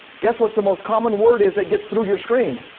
guess what the most common word is that gets through your screen?